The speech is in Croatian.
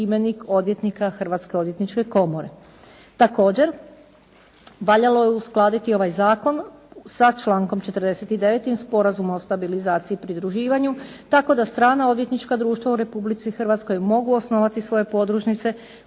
Hrvatske odvjetničke komore.